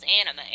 anime